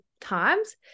times